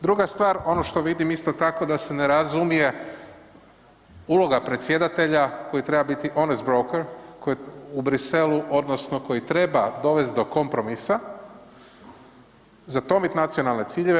Druga stvar, ono što vidim isto tako da se ne razumije, uloga predsjedatelja koji treba biti … broker u Bruxellesu odnosno koji treba dovest do kompromisa, zatomit nacionalne ciljeve.